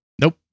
Nope